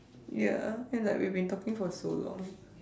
ya and like we have been talking for so long